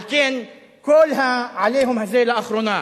על כן כל ה"עליהום" הזה לאחרונה,